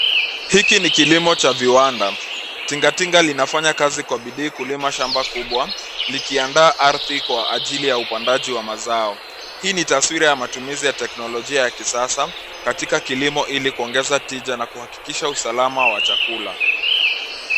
Hiki ni kilimo cha viwanda. Tingatinga linafanya kazi kwa bidii kulima shamba kubwa likiandaa ardhi kwa ajili ya upandaji wa mazao. Hii ni taswira ya matumizi ya teknolojia ya kisasa katika kilimo ili kuongeza tija na kuhakikisha usalama wa chakula.